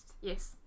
Yes